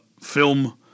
film